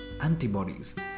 antibodies